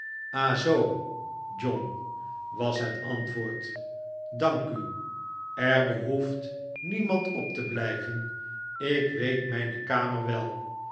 zoo john was het antwoord dank u er behoeft niemand op te blijven ik weet mijne kamer wel